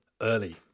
early